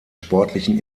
sportlichen